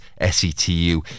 SETU